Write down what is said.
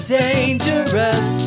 dangerous